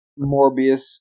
Morbius